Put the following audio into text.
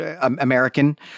American